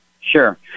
Sure